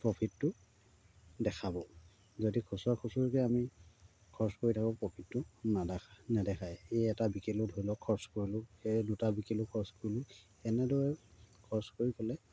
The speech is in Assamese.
প্ৰফিটটো দেখাব যদি খচৰা খুচুৰিকৈ আমি খৰচ কৰি থাকোঁ প্ৰফিটটো নেদেখায় এই এটা বিকেলেও ধৰি লওক খৰচ কৰিলোঁ সেই দুটা বিকেলোঁ খৰচ কৰিলোঁ এনেদৰে খৰচ কৰি পেলাই